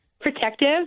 Protective